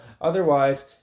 Otherwise